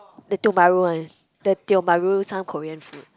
the Tiong-Bahru one the Tiong-Bahru some Korean food